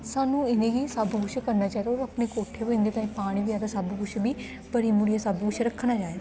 सानूं इ'नें गी सब्भ कुछ करना चाहिदा और अपने कोट्ठे पर इं'दे ताईं पानी बगैरा सब्भ कुछ बी भरी भुरिये सब्भ कुछ रक्खना चाहिदा